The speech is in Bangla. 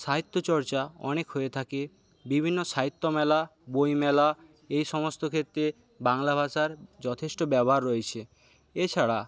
সাহিত্যচর্চা অনেক হয়ে থাকে বিভিন্ন সাহিত্যমেলা বইমেলা এইসমস্ত ক্ষেত্রে বাংলা ভাষার যথেষ্ট ব্যবহার রয়েছে এছাড়া